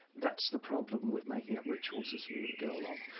that's the problem with making up rituals as you go along.